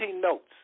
notes